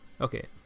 Okay